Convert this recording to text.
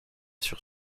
sur